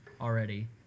already